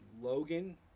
Logan